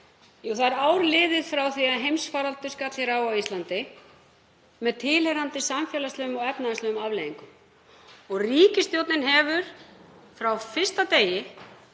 Það er ár liðið frá því að heimsfaraldur skall á Íslandi með tilheyrandi samfélagslegum og efnahagslegum afleiðingum og ríkisstjórnin hefur frá fyrsta degi